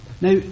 Now